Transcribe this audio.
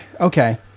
okay